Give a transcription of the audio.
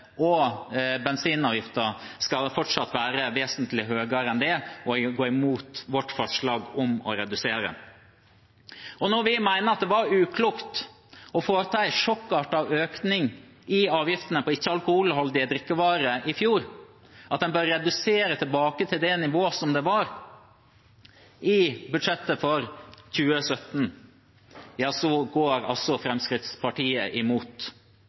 dieselavgiften fortsatt skal være vesentlig høyere enn det, og vil gå imot vårt forslag om å redusere den. Når vi mener det var uklokt å foreta en sjokkartet økning i avgiftene på ikke-alkoholholdige drikkevarer i fjor, og at en bør redusere og gå tilbake til det nivået som var i budsjettet for 2017, går altså Fremskrittspartiet imot.